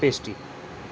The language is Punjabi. ਪੇਸਟੀ